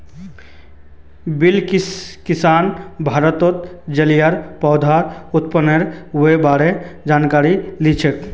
बिलकिसक भारतत जलिय पौधार उत्पादनेर बा र जानकारी नी छेक